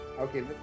okay